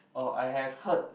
oh I have heard